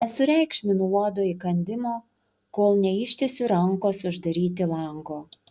nesureikšminu uodo įkandimo kol neištiesiu rankos uždaryti lango